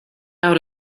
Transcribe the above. out